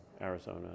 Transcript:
Arizona